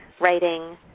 writing